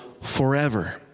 forever